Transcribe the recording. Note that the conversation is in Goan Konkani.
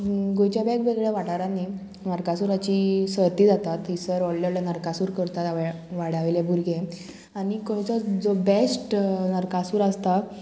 गोंयच्या वेगवेगळ्या वाठारांनी नरकासुराची सर्ती जाता थंयसर व्हडले व्हडले नरकासूर करतात वाड्या वयले भुरगे आनी गोंयचो जो बेस्ट नरकासूर आसता